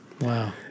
Wow